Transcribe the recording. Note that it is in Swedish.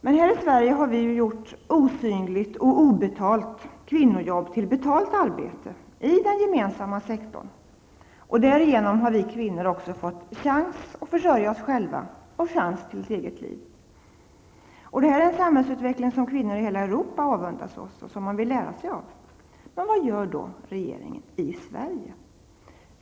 Men här i Sverige har vi ju gjort osynligt och obetalt kvinnojobb till betalt arbete i den gemensamma sektorn. Därigenom har vi kvinnor också fått chans att försörja oss själva, och chans till ett eget liv. Detta är en samhällsutveckling som kvinnor i hela Europa avundas oss och som man vill lära sig av. Men vad gör då regeringen i Sverige?